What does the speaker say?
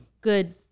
good